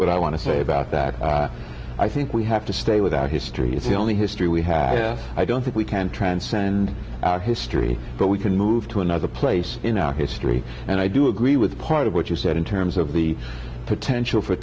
what i want to say about that i think we have to stay without history it's the only history we have i don't think we can transcend our history but we can move to another place in our history and i do agree with part what you said in terms of the potential for